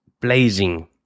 blazing